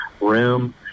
Room